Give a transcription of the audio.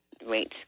rates